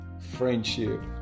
friendship